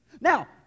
Now